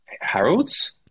Harold's